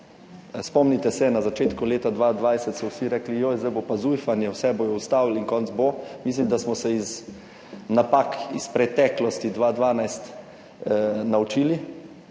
Spomnite se na začetku leta 2020 so vsi rekli, joj, zdaj bo pa ZUJF-anje, vse bodo ustavili in konec bo. Mislim, da smo se iz napak iz preteklosti 2012 naučili